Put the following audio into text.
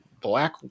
black